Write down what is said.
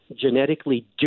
genetically